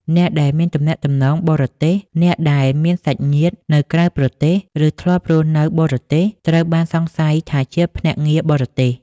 អ្នកដែលមានទំនាក់ទំនងបរទេស អ្នកដែលមានសាច់ញាតិនៅក្រៅប្រទេស ឬធ្លាប់រស់នៅបរទេស ត្រូវបានសង្ស័យថាជាភ្នាក់ងារបរទេស។